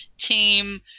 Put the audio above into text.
Team